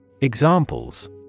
Examples